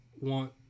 want